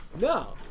No